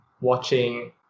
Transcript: watching